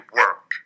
work